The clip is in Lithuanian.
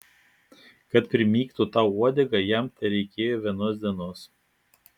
kad primygtų tau uodegą jam tereikėjo vienos dienos